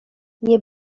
nie